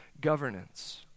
governance